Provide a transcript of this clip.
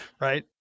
Right